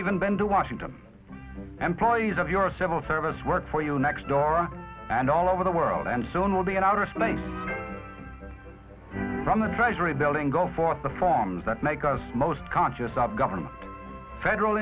even been to washington employees of your civil service work for you next door and all over the world and soon will be an outer space from the treasury building go for the forms that make us most conscious of government federal